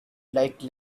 like